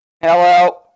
Hello